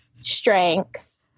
strength